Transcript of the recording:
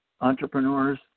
entrepreneurs